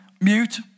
Mute